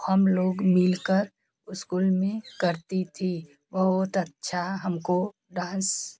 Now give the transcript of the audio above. हम लोग मिलकर स्कूल में करती थी बहुत अच्छा हम को डांस